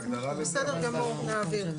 בסדר גמור, נעביר.